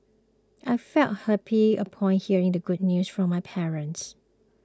I felt happy upon hearing the good news from my parents